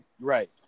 Right